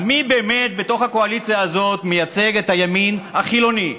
אז מי באמת בתוך הקואליציה הזאת מייצג את הימין החילוני,